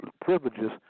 privileges